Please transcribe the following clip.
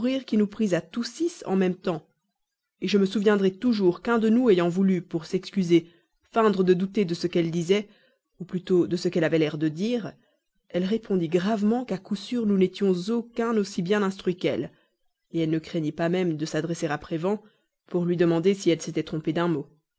qui nous prit à tous six en même temps je me souviendrai toujours qu'un de nous ayant voulu pour s'excuser feindre de douter de ce qu'elle disait ou plutôt de ce qu'elle avait l'air de dire elle répondit gravement qu'à coup sûr nous n'étions aucun aussi bien instruits qu'elle elle ne craignit pas même de s'adresser à prévan pour lui demander si elle s'était trompée d'un mot